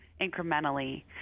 incrementally